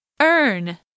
Earn